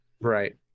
Right